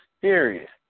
serious